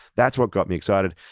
that's what got me excited.